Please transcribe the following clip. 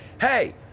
hey